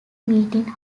meeting